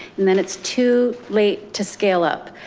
and then it's too late to scale up.